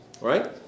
right